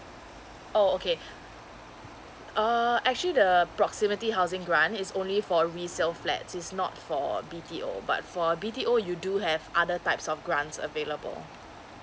oh okay uh actually the proximity housing grant is only for resale flats is not for B_T_O but for B_T_O you do have other types of grants available